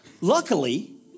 Luckily